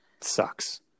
Sucks